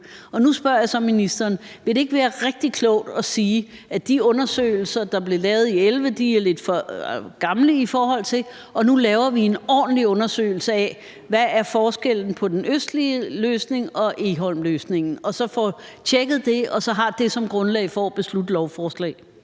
Nu spørger jeg så ministeren: Vil det ikke være rigtig klogt at sige, at de undersøgelser, der blev lavet i 2011, er lidt for gamle i forhold til det her, og at vi nu laver en ordentlig undersøgelse af, hvad forskellen på den østlige løsning og Egholmløsningen er, og at vi så får tjekket det og har det som grundlag for at vedtage lovforslaget?